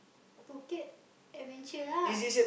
Phuket adventure lah